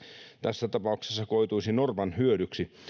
tässä tapauksessa koituisi norpan hyödyksi